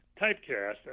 typecast